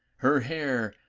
her hair,